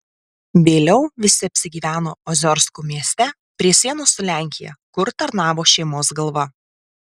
vėliau visi apsigyveno oziorsko mieste prie sienos su lenkija kur tarnavo šeimos galva